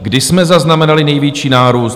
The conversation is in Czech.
Kdy jsme zaznamenali největší nárůst?